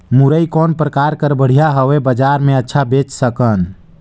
मुरई कौन प्रकार कर बढ़िया हवय? बजार मे अच्छा बेच सकन